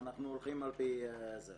ואנחנו הולכים על פי זה.